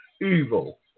evil